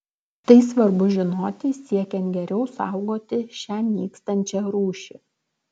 tai svarbu žinoti siekiant geriau saugoti šią nykstančią rūšį